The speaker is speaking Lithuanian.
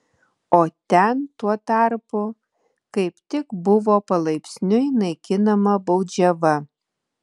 o ten tuo tarpu kaip tik buvo palaipsniui naikinama baudžiava